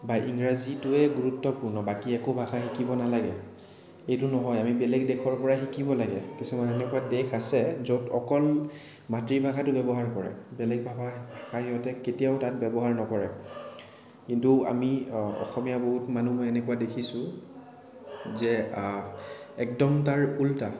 বা ইংৰাজীটোয়ে গুৰুত্বপূৰ্ণ বাকী একো ভাষাই শিকিব নালাগে এইটো নহয় আমি বেলেগ দেশৰপৰা শিকিব লাগে কিছুমান এনেকুৱা দেশ আছে য'ত অকল মাতৃভাষাটো ব্যৱহাৰ কৰে বেলেগ ভাষা ভাষা সিহঁতে কেতিয়াও তাত ব্যৱহাৰ নকৰে কিন্তু আমি অসমীয়া বহুত মানুহো এনেকুৱা দেখিছোঁ যে একদম তাৰ উল্টা